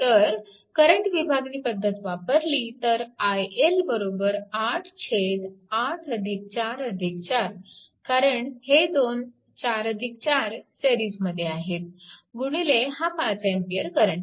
तर करंट विभागणी पद्धत वापरली तर iL 8 844 कारण हे दोन 44 सिरीजमध्ये आहेत गुणिले हा 5A करंट